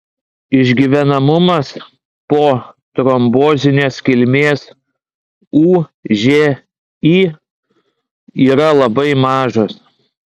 išgyvenamumas po trombozinės kilmės ūži yra labai mažas